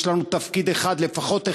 יש לנו תפקיד אחד, לפחות אחד,